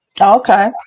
Okay